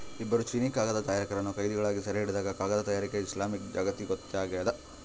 ಇಬ್ಬರು ಚೀನೀಕಾಗದ ತಯಾರಕರನ್ನು ಕೈದಿಗಳಾಗಿ ಸೆರೆಹಿಡಿದಾಗ ಕಾಗದ ತಯಾರಿಕೆ ಇಸ್ಲಾಮಿಕ್ ಜಗತ್ತಿಗೊತ್ತಾಗ್ಯದ